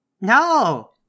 No